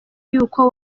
y’uko